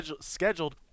scheduled